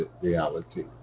reality